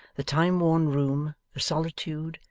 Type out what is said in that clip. the time-worn room, the solitude,